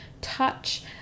Touch